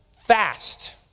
fast